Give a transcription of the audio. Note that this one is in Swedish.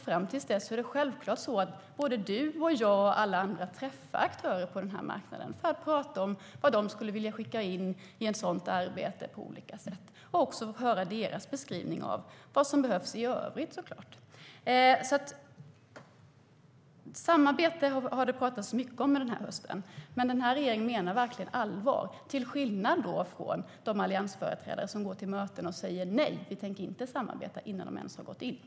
Fram till dess ska självklart både Cecilie Tenfjord-Toftby, jag och alla andra träffa aktörer på marknaden för att prata om vad de vill skicka med i ett sådant arbete och höra deras beskrivning av vad som behövs i övrigt.